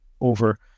over